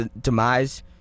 demise